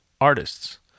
artists